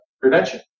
prevention